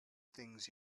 things